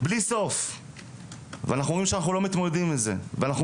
בלי סוף ואנחנו אומרים שאנחנו לא מתמודדים עם זה ואנחנו